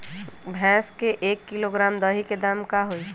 भैस के एक किलोग्राम दही के दाम का होई?